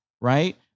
Right